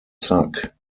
suck